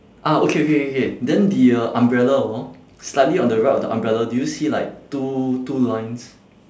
ah okay okay okay okay then the uh umbrella hor slightly on the right of the umbrella do you see like two two lines